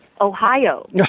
Ohio